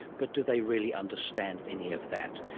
but do they really understand any of that?